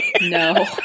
No